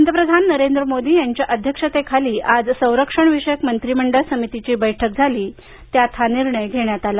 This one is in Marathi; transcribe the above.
पंतप्रधान नरेंद्र मोदी यांच्या अध्यक्षतेखाली आज संरक्षणविषयक मंत्रीमंडळ समितीची बैठक झाली त्यात हा निर्णय घेण्यात आला